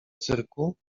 cyrku